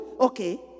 Okay